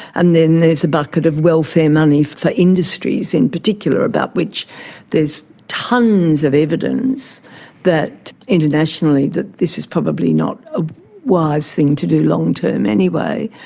and then there's a bucket of welfare money for industries in particular, about which there is tonnes of evidence that internationally that this is probably not a wise thing to do long-term anyway.